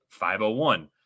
501